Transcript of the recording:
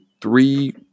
three